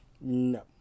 No